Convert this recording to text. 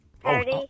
party